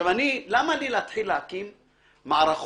למה לי להתחיל להקים מערכות?